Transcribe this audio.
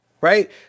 Right